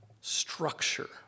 structure